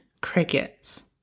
crickets